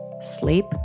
sleep